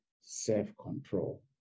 self-control